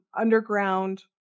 underground